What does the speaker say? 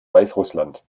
weißrussland